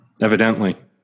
Evidently